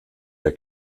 der